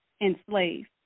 enslaved